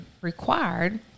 required